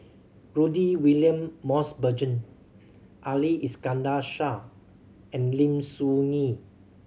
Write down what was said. Rudy William Mosbergen Ali Iskandar Shah and Lim Soo Ngee